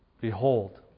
Behold